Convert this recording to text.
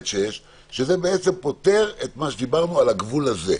שזה פותר את מה שדיברנו על הגבול הזה,